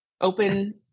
open